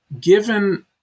given